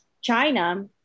China